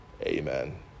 Amen